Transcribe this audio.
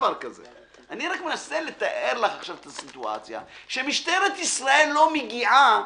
אני רק מנסה לתאר לך את הסיטואציה שמשטרת ישראל לא מגיעה